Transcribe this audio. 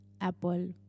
apple